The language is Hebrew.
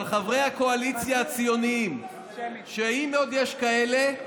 אבל חברי הקואליציה הציונים, אם עוד יש כאלה,